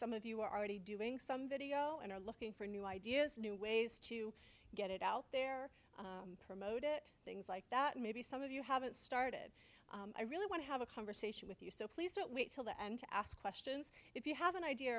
some of you are already doing some video and are looking for new ideas new ways to get it out there promote it things like that maybe some of you haven't started i really want to have a conversation with you so please don't wait til the end to ask questions if you have an idea